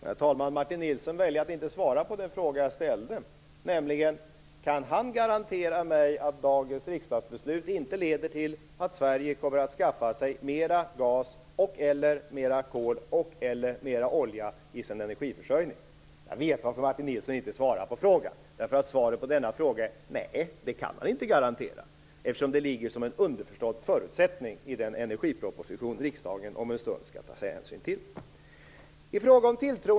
Herr talman! Martin Nilsson väljer att inte svara på den fråga jag ställde. Kan han garantera mig att dagens riksdagsbeslut inte leder till att Sverige skaffar sig mer gas och eller olja i sin energiförsörjning? Jag vet varför Martin Nilsson inte svarar på frågan. Det är för att svaret på frågan är att man inte kan garantera det. Det ligger ju som en underförstådd förutsättning i den energiproposition som riksdagen om en stund skall ta ställning till.